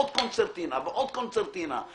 עוד קונצרטינה ועוד קונצרטינה.